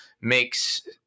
makes